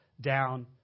down